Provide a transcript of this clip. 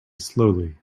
slowly